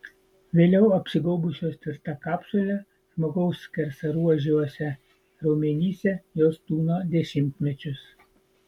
vėliau apsigaubusios tvirta kapsule žmogaus skersaruožiuose raumenyse jos tūno dešimtmečius